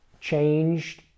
changed